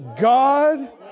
God